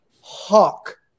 Hawk